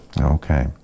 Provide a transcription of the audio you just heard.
okay